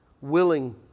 willing